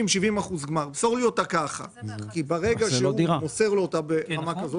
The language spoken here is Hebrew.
ברגע שהוא מוסר לו אותה ברמה כזו,